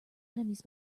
enemies